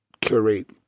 curate